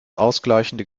ausgleichende